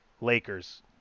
Lakers